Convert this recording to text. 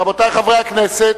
רבותי חברי הכנסת,